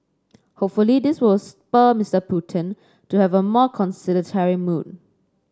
hopefully this will spur Mister Putin to have a more conciliatory mood